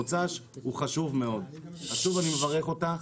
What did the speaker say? מוואדי ערה ועכשיו הוא עובר דרך יוקנעם